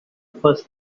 first